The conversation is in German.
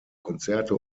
konzerte